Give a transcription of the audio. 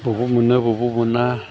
बबाव मोनो बबाव मोना